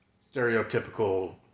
stereotypical